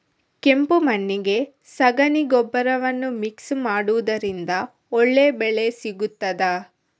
ಕೆಂಪು ಮಣ್ಣಿಗೆ ಸಗಣಿ ಗೊಬ್ಬರವನ್ನು ಮಿಕ್ಸ್ ಮಾಡುವುದರಿಂದ ಒಳ್ಳೆ ಬೆಳೆ ಸಿಗುತ್ತದಾ?